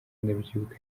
ndabyibuka